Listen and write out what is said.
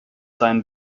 seinen